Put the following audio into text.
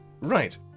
Right